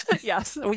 Yes